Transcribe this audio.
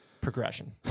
Progression